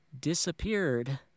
disappeared